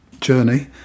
journey